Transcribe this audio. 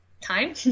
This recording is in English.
time